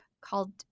called